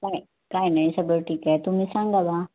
नाही काय नाही सगळं ठीक आहे तुम्ही सांगा मग